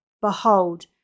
Behold